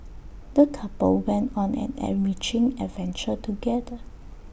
the couple went on an enriching adventure together